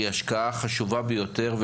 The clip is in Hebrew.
היא השקעה חשובה ביותר,